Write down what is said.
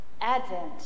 Advent